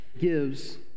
gives